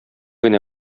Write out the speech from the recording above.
генә